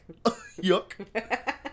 Yuck